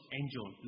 angel